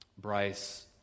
Bryce